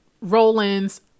Roland's